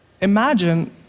Imagine